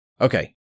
okay